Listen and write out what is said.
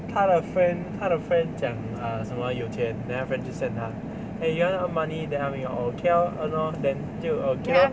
他的 friend 他的 friend 讲 err 什么有钱 then after that 就 send 他 eh you want earn money then 他就 orh okay lor earn lor then 就 okay lor